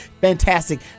fantastic